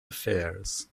affairs